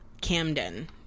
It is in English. Camden